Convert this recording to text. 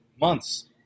months